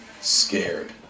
scared